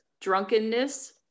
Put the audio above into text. drunkenness